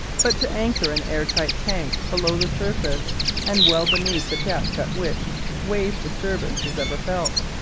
but to anchor an air-tight tank below the surface and well beneath the depth at which wave disturbance is ever felt.